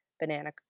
banana